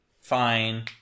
fine